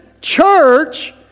church